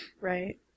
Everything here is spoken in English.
Right